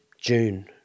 June